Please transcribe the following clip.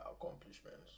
accomplishments